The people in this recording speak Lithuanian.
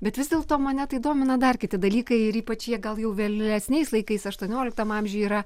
bet vis dėlto mane tai domina dar kiti dalykai ir ypač jie gal jau vėlesniais laikais aštuonioliktam amžiuj yra